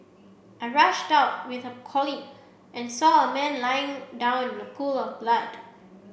I rushed out with a colleague and saw a man lying down in a pool of blood